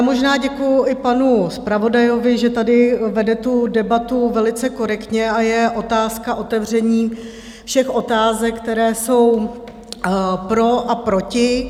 Možná děkuju i panu zpravodaji, že tady vede debatu velice korektně, a je otázka otevření všech otázek, které jsou pro a proti.